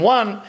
one